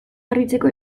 garbitzeko